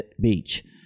Beach